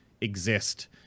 exist